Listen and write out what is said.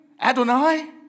Adonai